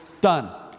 done